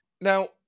Now